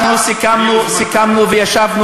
אנחנו סיכמנו וישבנו,